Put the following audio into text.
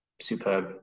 superb